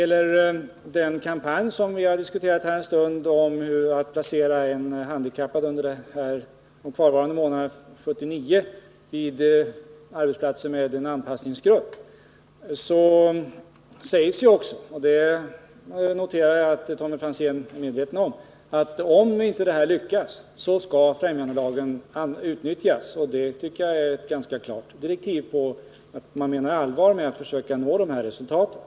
I den kampanj som vi här har diskuterat en stund och som syftar till att under de månader som återstår av 1979 placera handikappade på arbetsplatser med en anpassningsgrupp framhålls också — och jag noterar att Tommy Franzén är medveten om detta — att främjandelagen skall tillämpas för den händelse att en sådan frivillig åtgärd inte lyckas. Jag tycker att det är en ganska klar fingervisning om att man menar allvar med sin strävan att nå resultat i dessa sammanhang.